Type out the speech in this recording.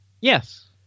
Yes